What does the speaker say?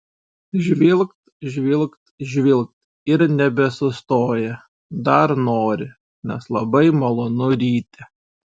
žvilgt žvilgt žvilgt ir nebesustoja dar nori nes labai malonu ryti